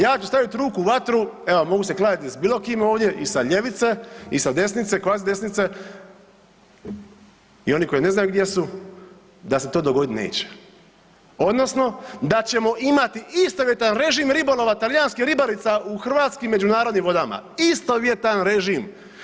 Ja ću staviti ruku u vatru, evo mogu se kladiti sa bilo kim ovdje i sa ljevice i sa desnice, kvazi desnice i oni koji ne znaju gdje su da se to dogoditi neće, odnosno da ćemo imati istovjetan režim ribolova talijanskih ribarica u hrvatskim međunarodnim vodama, istovjetan režim.